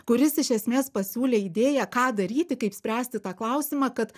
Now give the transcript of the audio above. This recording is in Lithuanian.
kuris iš esmės pasiūlė idėją ką daryti kaip spręsti tą klausimą kad